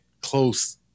close